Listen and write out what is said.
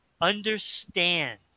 Understand